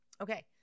Okay